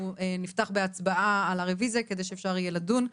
אנחנו נפתח בהצבעה על הרביזיה על מנת שאפשר יהיה לדון.